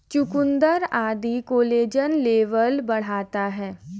चुकुन्दर आदि collagen level बढ़ाता है